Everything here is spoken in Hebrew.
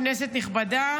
כנסת נכבדה,